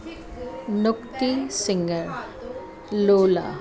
नुक्ती सिंगर लोला